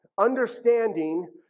understanding